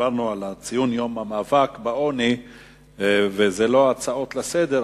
שדיברנו על ציון יום המאבק בעוני וזה לא הצעות לסדר,